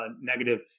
negative